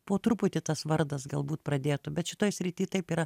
po truputį tas vardas galbūt pradėtų bet šitoj srity taip yra